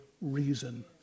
reason